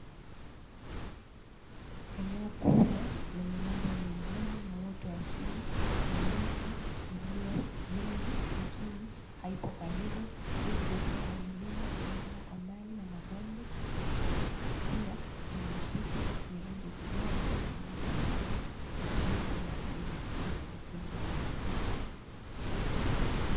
Eneo kubwa lenye mandhari nzuri na uoto wa asili yenye miti iliyo mingi lakini haipo karibu, huku ukiwa na milima ikionekana kwa mbali na mabonde. Pia kuna misitu ya rangi ya kijani yakionekana kwa mbali na wingu la bluu likivutia macho.